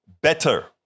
better